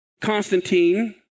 Constantine